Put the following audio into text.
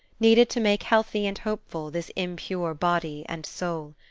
needed to make healthy and hopeful this impure body and soul.